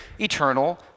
eternal